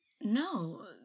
No